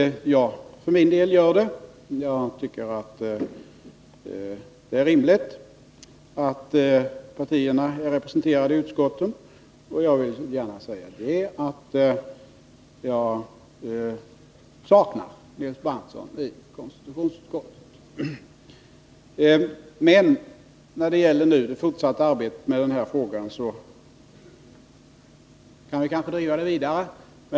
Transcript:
Jag för. Nr 145 min del gör det. Jag tycker att det är rimligt att partierna representeras i Onsdagen den utskotten. Jag vill gärna framhålla att jag saknar Nils Berndtson i 20 maj 1981 konstitutionsutskottet. När det gäller det fortsatta arbetet med den här frågan kan vi kanske gå vidare.